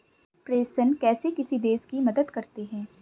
प्रेषण कैसे किसी देश की मदद करते हैं?